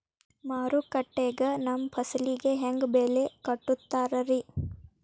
ಮಾರುಕಟ್ಟೆ ಗ ನಮ್ಮ ಫಸಲಿಗೆ ಹೆಂಗ್ ಬೆಲೆ ಕಟ್ಟುತ್ತಾರ ರಿ?